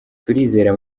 turizera